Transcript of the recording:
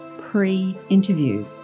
pre-interview